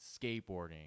skateboarding